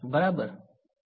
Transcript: વિદ્યાર્થી